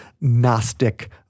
Gnostic